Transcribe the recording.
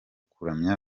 kuramya